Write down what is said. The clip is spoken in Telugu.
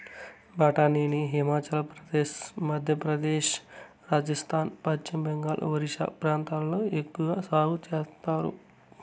బఠానీని హిమాచల్ ప్రదేశ్, మధ్యప్రదేశ్, రాజస్థాన్, పశ్చిమ బెంగాల్, ఒరిస్సా ప్రాంతాలలో ఎక్కవగా సాగు చేత్తారు